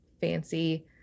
fancy